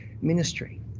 ministry